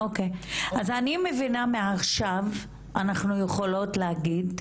אוקי, אז אני מבינה מעכשיו אנחנו יכולות להגיד,